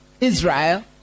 Israel